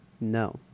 No